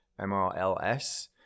MRLS